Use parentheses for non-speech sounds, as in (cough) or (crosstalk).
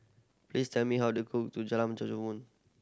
please tell me how to cook (unintelligible)